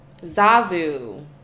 Zazu